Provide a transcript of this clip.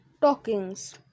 talkings